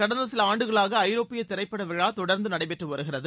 கடந்த சில ஆண்டுகளாக ஐரோப்பிய திரைப்பட விழா தொடர்ந்து நடைபெற்று வருகிறது